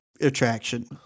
attraction